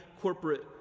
corporate